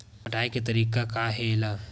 पटाय के तरीका का हे एला?